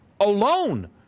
alone